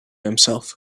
himself